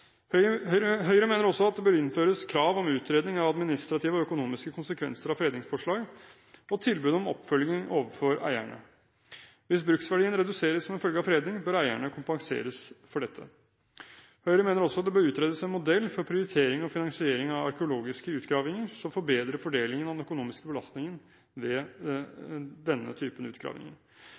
Høyre mener også at det bør innføres krav om utredning av administrative og økonomiske konsekvenser av fredningsforslag og tilbud om oppfølging overfor eierne. Hvis bruksverdien reduseres som en følge av fredning, bør eierne kompenseres for dette. Høyre mener også det bør utredes en modell for prioritering og finansiering av arkeologiske utgravinger som forbedrer fordelingen og den økonomiske belastningen ved denne typen